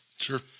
Sure